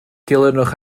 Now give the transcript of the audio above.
dilynwch